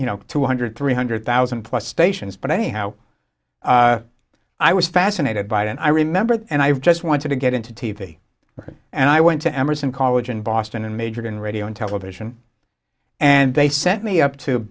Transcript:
you know two hundred three hundred thousand plus stations but anyhow i was fascinated by it and i remember and i just want to get into t v and i went to emerson college in boston and majored in radio and television and they sent me up to